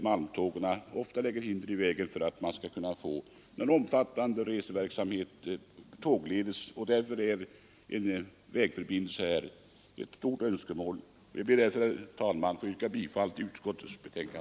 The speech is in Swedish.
Malmtågen lägger också hinder i vägen för en omfattande reseverksamhet tågledes, och därför är en vägförbindelse ett stort önskemål. Jag ber därför, herr talman, att få yrka bifall till utskottets hemställan.